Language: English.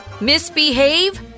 Misbehave